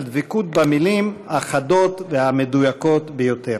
דבקות במילים החדות והמדויקות ביותר.